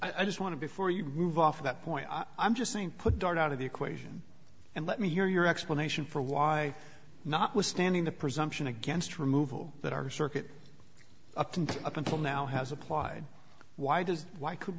i just want to before you move off that point i'm just saying put dart out of the equation and let me hear your explanation for why notwithstanding the presumption against removal that our circuit up and up until now has applied why does why could